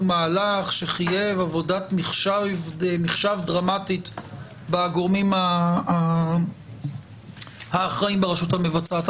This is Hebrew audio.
מהלך שחייב עבודת מחשב דרמטית בגורמים האחראים ברשות המבצעת.